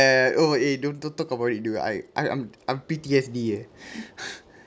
eh oh eh don't don't talk about it dude I I'm I'm P_T_S_D eh